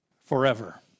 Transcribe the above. forever